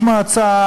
"השמצה",